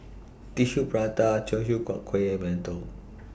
Tissue Prata Teochew Huat Kuih mantou